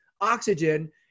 oxygen